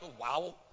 wow